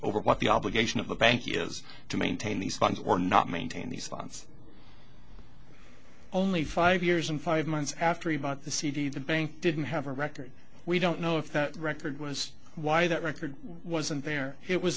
over what the obligation of the bank is to maintain these funds or not maintain these funds only five years and five months after we bought the cd the bank didn't have a record we don't know if that record was why that record wasn't there it was